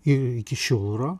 ir iki šiol yra